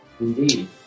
Indeed